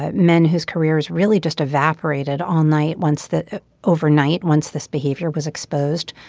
ah men whose careers really just evaporated all night once that overnight. once this behavior was exposed